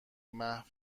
محو